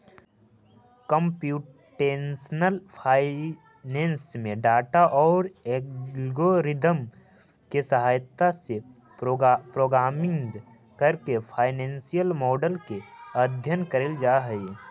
computational finance में data औउर algorithm के सहायता से प्रोग्रामिंग करके फाइनेंसियल मॉडल के अध्ययन कईल जा हई